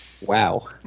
Wow